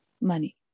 money